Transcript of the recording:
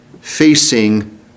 facing